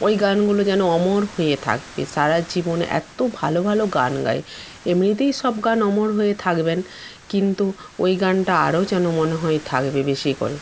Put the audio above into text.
ওই গানগুলো যেন অমর হয়ে থাকবে সারাজীবন এত্ত ভালো ভালো গান গায় এমনিতেই সব গান অমর হয়ে থাকবেন কিন্তু ওই গানটা আরও যেন মনে হয় থাকবে বেশি করে